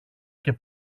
και